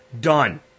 Done